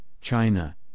China